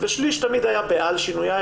ו-1/3 תמיד היה על שינוייו,